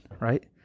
Right